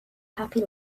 happy